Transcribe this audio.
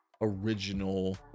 original